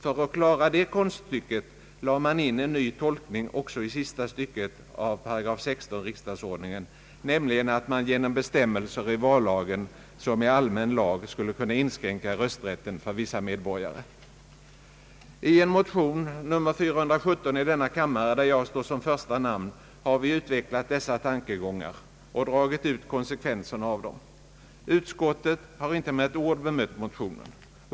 För att klara det konststycket lade man in en ny tolkning också i sista stycket av § 16 riksdagsordningen, nämligen att man genom bestämmelser i vallagen, som är allmän lag, skulle kunna inskränka rösträtten för vissa medborgare. I en motion, nr 417 i denna kammare, där jag står som första namn, har vi utvecklat dessa tankegångar och dragit ut konsekvenserna av dem. Utskottet har inte med ett ord bemött motionen.